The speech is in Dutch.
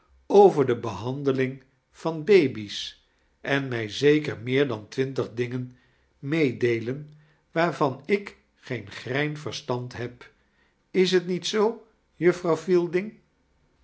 over d behandeling van baby's en mij zeker meer dan twintig dingen meedeelen waarvan ik geen grein verstand heb is t niet zoo juffrouw